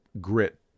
grit